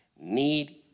need